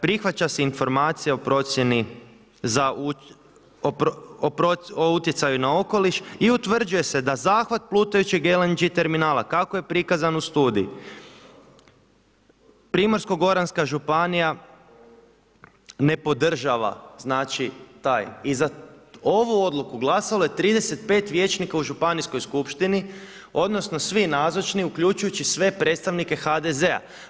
Prihvaća se informacija o procjeni utjecaju na okoliš i utvrđuje se da zahvat plutajućeg LNG terminala kako je prikazan u studiji, Primorsko-goranska županija ne podržava i za ovu odluku glasalo je 35 vijećnika u županijskoj skupštini odnosno svi nazočni uključujući sve predstavnike HDZ-a.